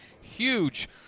huge